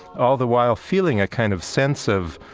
all the while feeling a kind of sense of,